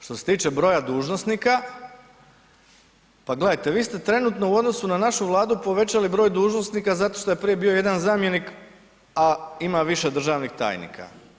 Što se tiče broja dužnosnika, pa gledajte, vi ste trenutno u odnosu na našu Vladu povećali broj dužnosnika zato što je prije bio jedan zamjenik a ima više državnih tajnika.